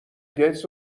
گیتس